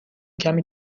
کمی